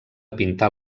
pintar